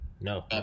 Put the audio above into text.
no